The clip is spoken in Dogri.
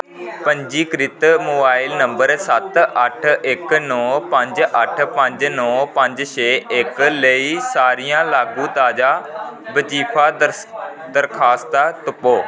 पंजीकृत मोबाइल नंबर सत्त अट्ठ इक नौ पंज अट्ठ पंज नौ पंज छे इक लेई सारियां लागू ताजा बजीफा दस दरखास्तां तुप्पो